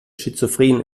schizophren